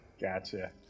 Gotcha